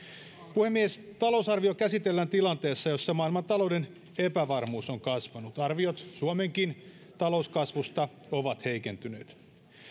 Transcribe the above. puhemies talousarvio käsitellään tilanteessa jossa maailmantalouden epävarmuus on kasvanut arviot suomenkin talouskasvusta ovat heikentyneet